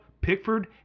Pickford